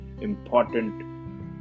important